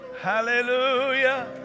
Hallelujah